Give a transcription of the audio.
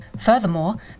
Furthermore